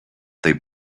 they